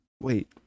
wait